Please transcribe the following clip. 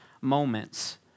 moments